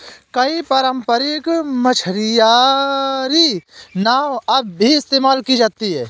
कई पारम्परिक मछियारी नाव अब भी इस्तेमाल की जाती है